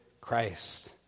Christ